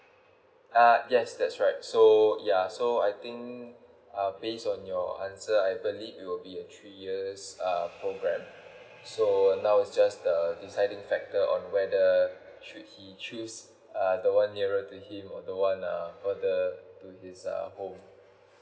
uh yes that's right so yeah so I think uh based on your answer I believe it will be a three years uh program so now it's just the deciding factor on whether should he choose uh the one nearer to him or the one uh further to his uh home